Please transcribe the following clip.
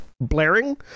blaring